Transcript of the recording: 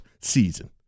season